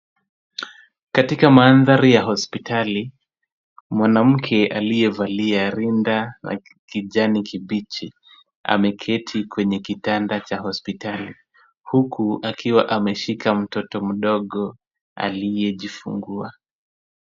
Katika mandhari ya hospitali, mwanamke aliyevalia rinda la kijani kibichi, ameketi kwenye kitanda cha hospitali, huku akiwa ameshika mtoto mdogo aliyejifungua.